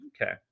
Okay